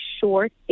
short